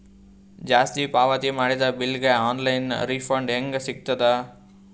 ಜಾಸ್ತಿ ಪಾವತಿ ಮಾಡಿದ ಬಿಲ್ ಗ ಆನ್ ಲೈನ್ ರಿಫಂಡ ಹೇಂಗ ಸಿಗತದ?